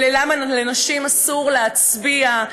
למה לנשים אסור להצביע,